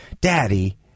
Daddy